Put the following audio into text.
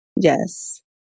Yes